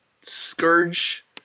scourge